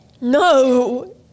No